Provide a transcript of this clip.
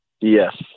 Yes